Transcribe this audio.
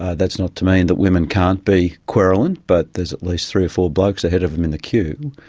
ah that's not to mean that women can't be querulant but there's at least three or four blokes ahead of them in the queue.